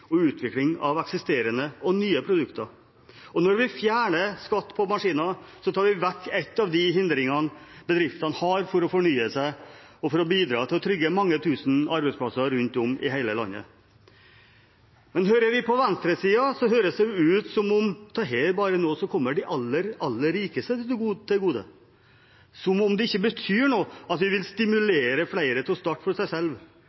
og utvikling av eksisterende og nye produkter. Når vi fjerner skatt på maskiner, tar vi vekk en av de hindringene bedriftene har for å fornye seg og for å bidra til å trygge mange tusen arbeidsplasser rundt om i hele landet. Men hører vi på venstresiden, høres det ut som om dette bare er noe som kommer de aller, aller rikeste til gode, som om det ikke betyr noe at vi vil stimulere flere til å starte for seg selv,